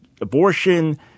abortion